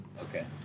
Okay